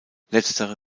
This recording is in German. letztere